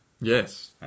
Yes